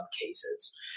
cases